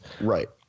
Right